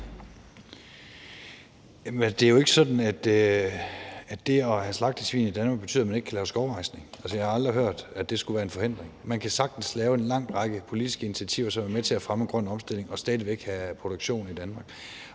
Det er jo ikke sådan, at det at have slagtesvin i Danmark betyder, at man ikke kan lave skovrejsning. Altså, jeg har aldrig hørt, at det skulle være en forhindring. Man kan sagtens lave en lang række politiske initiativer, som er med til at fremme en grøn omstilling, og stadig væk have svineproduktion i Danmark.